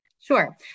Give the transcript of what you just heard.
Sure